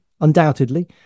undoubtedly